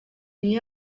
iyo